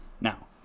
Now